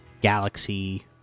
galaxy